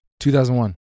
2001